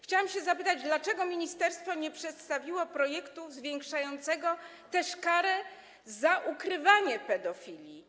Chciałam zapytać, dlaczego ministerstwo nie przedstawiło projektu zwiększającego też karę za ukrywanie pedofilii.